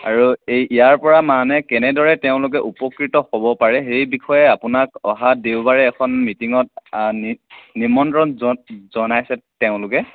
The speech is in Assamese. আৰু ইয়াৰ পৰা মানে কেনেকদৰে তেওঁলোকে উপকৃত হ'ব পাৰে সেই বিষয়ে আপোনাক অহা দেওবাৰে এখন মিটিঙত আমি নিমন্ত্ৰণ জ জনাইছে তেওঁলোকে